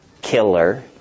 killer